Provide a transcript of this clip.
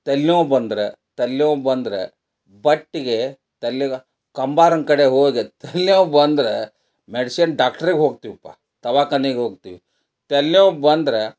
ತಲ್ನೋವು ಬಂದ್ರೆ ತಲ್ನೋವು ಬಂದರೆ ಬಟ್ಟಿಗೆ ತಲಿಗೆ ಕಂಬಾರನ ಕಡೆ ಹೋದೆ ತಲ್ನೋವು ಬಂದರೆ ಮೆಡ್ಶಿನ್ ಡಾಕ್ಟ್ರಿಗೆ ಹೋಗ್ತೀವಪ್ಪ ದವಾಖಾನಿಗೆ ಹೋಗ್ತೀವಿ ತಲ್ನೋವು ಬಂದ್ರೆ